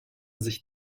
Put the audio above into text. sich